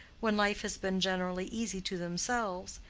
when life has been generally easy to themselves,